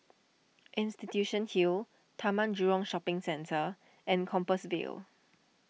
Institution Hill Taman Jurong Shopping Centre and Compassvale